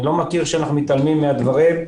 אני לא מכיר שאנחנו מתעלמים מהדברים.